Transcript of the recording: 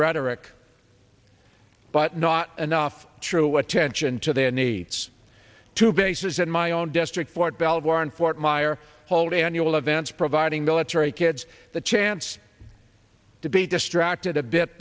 rhetoric but not enough true attention to their needs to bases in my own district fort belvoir in fort myer hold annual events providing military kids the chance to be distracted a bit